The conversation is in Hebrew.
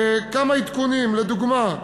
כמה עדכונים לדוגמה: